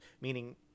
meaning